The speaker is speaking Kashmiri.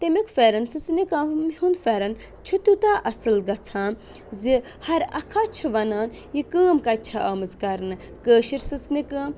تَمیُکۍ فٮ۪رَن سٕژنہِ کامٮ۪ن ہُنٛد فٮ۪رَن چھُ تیوٗتاہ اَصٕل گژھان زِ ہَر اَکھاہ چھُ وَنان یہِ کٲم کَتہِ چھےٚ آمٕژ کَرنہٕ کٲشِر سٕژنہِ کٲم